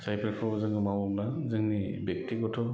जायखौफोर जोङो मा बुङो जोंनि बेखथिगथ'